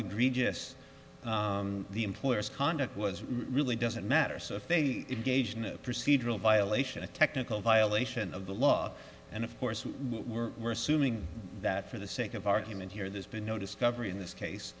egregious the employer's conduct was really doesn't matter so if they engaged in a procedural violation a technical violation of the law and of course we were assuming that for the sake of argument here there's been no discovery in this case